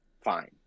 fine